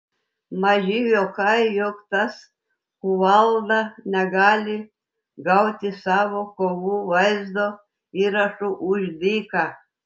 maži juokai jog tas kuvalda negali gauti savo kovų vaizdo įrašų už dyką